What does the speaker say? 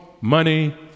money